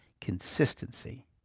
consistency